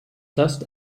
dust